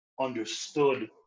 understood